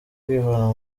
kwivana